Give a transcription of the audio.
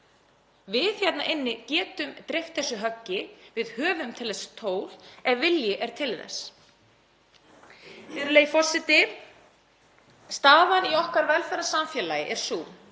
Við hérna inni getum dreift þessu höggi. Við höfum til þess tól ef vilji er til þess. Virðulegi forseti. Staðan í okkar velferðarsamfélagi er sú